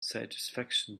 satisfaction